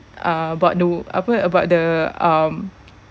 uh about do~ apa about the um